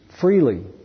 freely